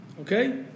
Okay